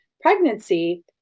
pregnancy